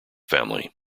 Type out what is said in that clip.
family